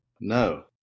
No